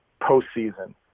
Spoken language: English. postseason